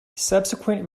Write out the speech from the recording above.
subsequent